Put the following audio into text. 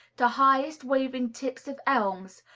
to highest waving tips of elms,